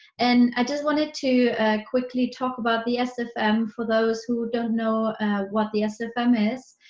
and i just wanted to quickly talk about the sfm for those who don't know what the sfm is.